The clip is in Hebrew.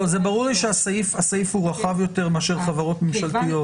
ברור לי שהסעיף הוא רחב יותר מאשר חברות ממשלתיות.